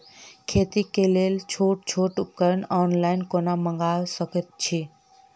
खेतीक लेल छोट छोट उपकरण ऑनलाइन कोना मंगा सकैत छी?